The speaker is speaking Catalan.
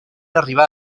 arribar